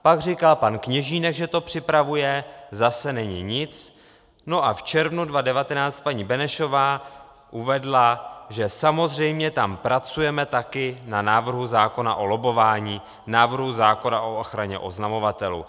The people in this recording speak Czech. Pak říkal pan Kněžínek, že to připravuje, zase není nic, a v červnu 2019 paní Benešová uvedla, že samozřejmě tam pracujeme také na návrhu zákona o lobbování, návrhu zákona o ochraně oznamovatelů.